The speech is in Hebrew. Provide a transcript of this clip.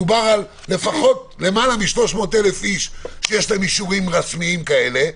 מדובר על יותר מ-300,000 איש שיש להם אישורים רשמיים כאלה,